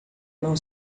não